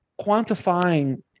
quantifying